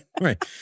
right